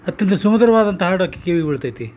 ಅತ್ಯಂತ ಸುಮಧುರವಾದಂಥ ಹಾಡು ಹಾಕಿ ಕಿವಿಗ ಬೀಳ್ತೈತಿ